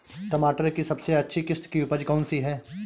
टमाटर की सबसे अच्छी किश्त की उपज कौन सी है?